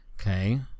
Okay